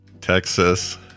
Texas